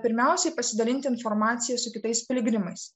pirmiausiai pasidalinti informacija su kitais piligrimais